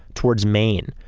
towards maine,